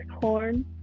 corn